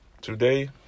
today